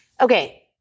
okay